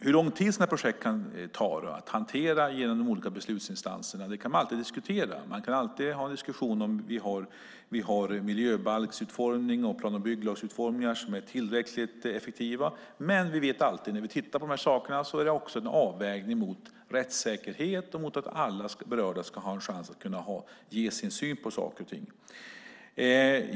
Hur lång tid det kan ta att hantera ett sådant här projekt genom de olika beslutsinstanserna kan man alltid diskutera. Man kan alltid ha en diskussion om vi har miljöbalksutformning och plan och bygglagsutformning som är tillräckligt effektiva, men vi vet alltid när vi tittar på de här sakerna att det också är en avvägning mot rättssäkerhet och mot att alla berörda ska ha en chans att ge sin syn på saker och ting.